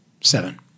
seven